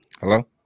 Hello